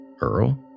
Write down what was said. Earl